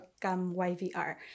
YVR